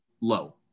low